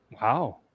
Wow